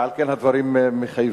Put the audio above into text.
ועל כן הדברים מחייבים,